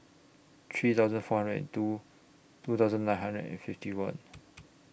three thousand four hundred and two two thousand nine hundred and fifty one